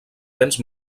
béns